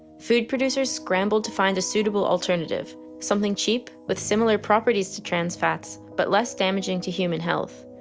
food producers scrambled to find a suitable alternative something cheap with similar properties to trans fats but less damaging to human health.